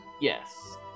Yes